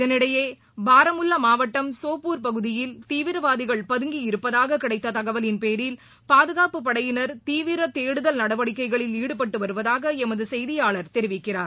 இதனிடையே பாரமுல்லா சோப்பூர் பகுதயில் தீவிவரவாதிகள் பதுங்கியருப்பதாக கிடைத்த தகவலின் பேரில் பாதுகாப்பு படையினர் தீவிர தேடுதல் நடவடிக்கைகளில் ஈடுபட்டு வருவதாக எமது செய்தியாளர் தெரிவிக்கிறார்